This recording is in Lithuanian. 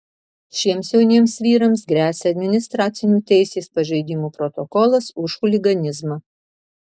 šiems jauniems vyrams gresia administracinių teisės pažeidimų protokolas už chuliganizmą